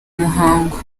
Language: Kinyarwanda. muhango